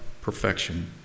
perfection